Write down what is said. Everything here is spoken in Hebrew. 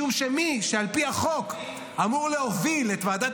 משום שמי שעל פי החוק אמור להוביל את ועדת